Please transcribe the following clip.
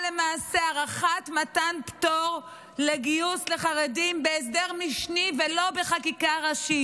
למעשה הארכת מתן פטור לגיוס לחרדים בהסדר משני ולא בחקיקה ראשית?